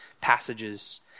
passages